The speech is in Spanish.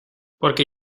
porque